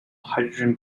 hydrogen